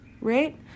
right